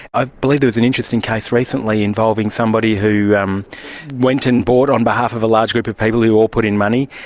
i believe there was an interesting case recently involving somebody who um went and bought on behalf of a large group of people who all put in money,